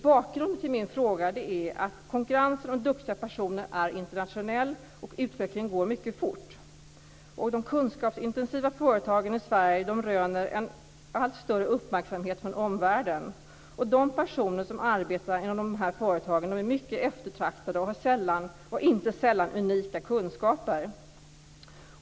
Bakgrunden till min fråga är att konkurrensen om duktiga personer är internationell, och utvecklingen går mycket fort. De kunskapsintensiva företagen i Sverige röner en allt större uppmärksamhet från omvärlden. De personer som arbetar inom de här företagen är mycket eftertraktade och har inte sällan unika kunskaper.